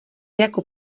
jako